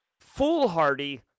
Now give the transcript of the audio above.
foolhardy